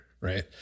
right